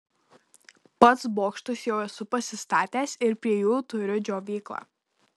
pats bokštus jau esu pasistatęs ir prie jų turiu džiovyklą